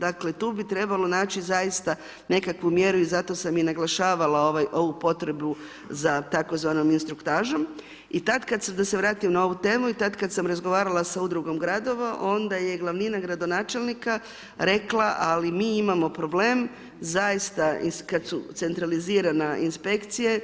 Dakle, tu bi trebalo naći zaista nekakvu mjeru i zato sam i naglašavala ovaj, ovu potrebu za tako zvanom instruktažom, i tad kad sam, da se vratim na ovu temu, i tad kad sam razgovarala sa Udrugom Gradova, onda je glavnina gradonačelnika rekla ali mi imamo problem, zaista, kad su centralizirana inspekcije,